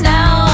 Now